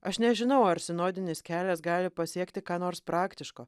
aš nežinau ar sinodinis kelias gali pasiekti ką nors praktiško